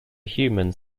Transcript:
humans